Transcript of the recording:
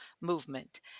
movement